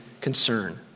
concern